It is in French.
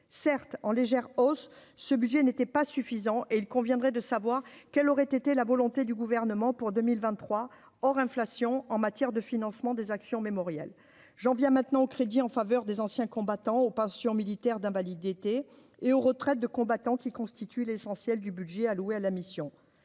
certes en légère hausse ce budget n'était pas suffisant et il conviendrait de savoir quelle aurait été la volonté du gouvernement pour 2023 hors inflation, en matière de financement des actions mémorial j'en viens maintenant aux crédits en faveur des anciens combattants aux pensions militaires d'invalidité et aux retraites de combattants qui constituent l'essentiel du budget alloué à la mission